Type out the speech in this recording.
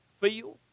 feel